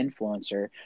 influencer